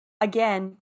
again